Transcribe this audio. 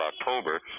October